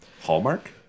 Hallmark